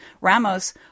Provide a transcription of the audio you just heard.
Ramos